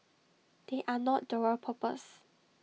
they are not dual purpose